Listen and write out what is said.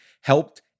helped